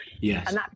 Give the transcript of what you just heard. yes